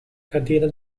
cadeira